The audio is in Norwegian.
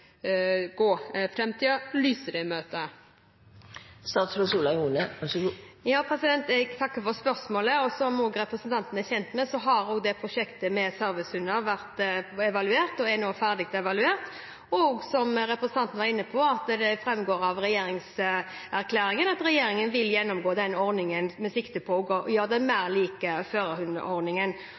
Jeg takker for spørsmålet. Som også representanten er kjent med, har prosjektet med servicehunder vært evaluert og er nå ferdig evaluert. Som representanten var inne på, framgår det av regjeringserklæringen at regjeringen vil gjennomgå den ordningen med sikte på å gjøre den mer lik førerhundordningen. Det er viktig at ordningen